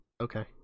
okay